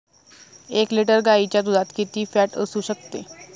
एक लिटर गाईच्या दुधात किती फॅट असू शकते?